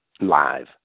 live